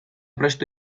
presto